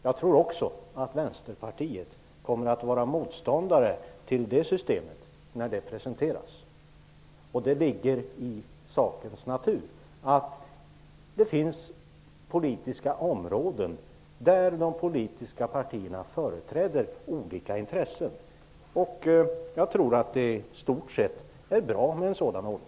Jag tror att Vänsterpartiet kommer att vara motståndare även till det systemet när det presenteras, och det ligger i sakens natur att det finns politiska områden där de politiska partierna företräder olika intressen. Jag tror att det i stort sett är bra med en sådan ordning.